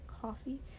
coffee